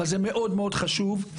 אבל זה חשוב מאוד.